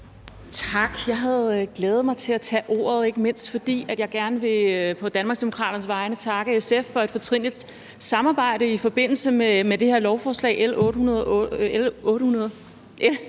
Tak. Jeg har glædet mig til at tage ordet, ikke mindst fordi jeg på Danmarksdemokraternes vegne gerne vil takke SF for et fortrinligt samarbejde i forbindelse med det her lovforslag L 188.